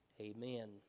amen